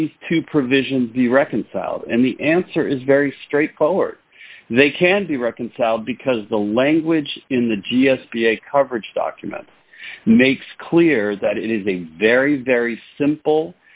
these two provisions the reconciled and the answer is very straightforward and they can be reconciled because the language in the g s b a coverage document makes clear that it is a very very simple